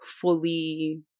fully